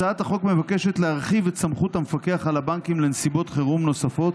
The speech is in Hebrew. הצעת החוק מבקשת להרחיב את סמכות המפקח על הבנקים לנסיבות חירום נוספות,